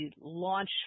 launch